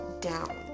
down